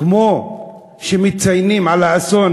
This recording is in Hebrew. כמו שמציינים את האסון